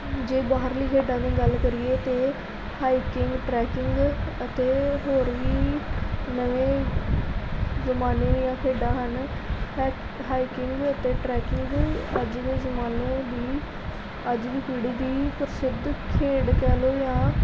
ਜੇ ਬਾਹਰਲੀ ਖੇਡਾਂ ਦੀ ਗੱਲ ਕਰੀਏ ਅਤੇ ਹਾਈਕਿੰਗ ਟ੍ਰੈਕਿੰਗ ਅਤੇ ਹੋਰ ਵੀ ਨਵੇਂ ਜ਼ਮਾਨੇ ਦੀਆਂ ਖੇਡਾਂ ਹਨ ਹੈਕ ਹਾਈਕਿੰਗ ਅਤੇ ਟ੍ਰੈਕਿੰਗ ਅੱਜ ਦੇ ਜ਼ਮਾਨੇ ਦੀ ਅੱਜ ਦੀ ਪੀੜ੍ਹੀ ਦੀ ਪ੍ਰਸਿੱਧ ਖੇਡ ਕਹਿ ਲਉ ਜਾਂ